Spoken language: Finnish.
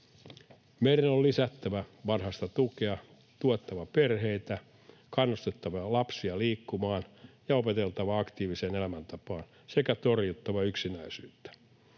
Meidän on lisättävä varhaista tukea, tuettava perheitä, kannustettava lapsia liikkumaan, opeteltava aktiiviseen elämäntapaan sekä torjuttava yksinäisyyttä.